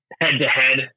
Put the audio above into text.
head-to-head